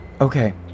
Okay